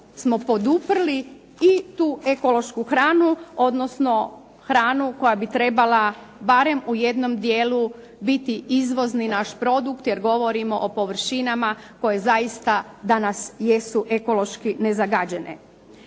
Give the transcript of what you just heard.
bismo poduprli i tu ekološku hranu, odnosno hranu koja bi trebala barem u jednom dijelu biti izvozni naš produkt jer govorimo o površinama koje zaista danas jesu ekološki nezagađene.